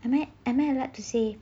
I mean I mean I like to say